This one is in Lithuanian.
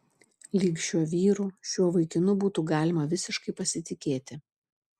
lyg šiuo vyru šiuo vaikinu būtų galima visiškai pasitikėti